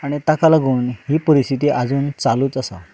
आनी ताका लागून ही परिस्थिती आजून चालूच आसा